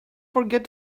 forget